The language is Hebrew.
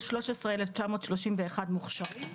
13,931 מוכשרים.